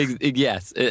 Yes